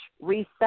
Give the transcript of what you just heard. reset